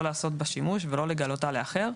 לא לעשות בה שימוש ולא לגלותה לאחר,